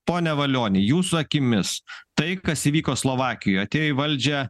pone valioni jūsų akimis tai kas įvyko slovakijoj atėjo į valdžią